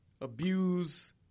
abuse